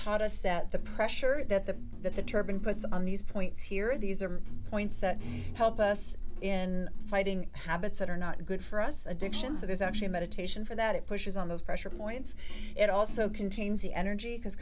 taught us that the pressure that the that the turban puts on these points here these are points that help us in fighting habits that are not good for us addictions so there's actually a meditation for that it pushes on those pressure points it also contains the energy